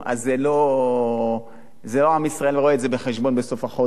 אז זה לא שעם ישראל רואה את זה בחשבון בסוף החודש.